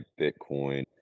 Bitcoin